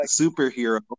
superhero